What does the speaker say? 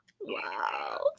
wow